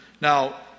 Now